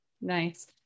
Nice